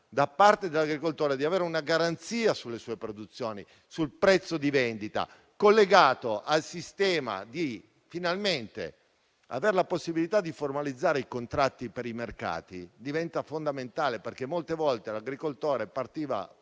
la possibilità di avere una garanzia sulle sue produzioni e sul prezzo di vendita, collegato finalmente al sistema. Avere la possibilità di formalizzare i contratti per i mercati diventa fondamentale, perché molte volte l'agricoltore parte,